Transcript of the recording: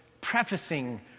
prefacing